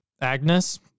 Agnes